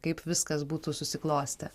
kaip viskas būtų susiklostę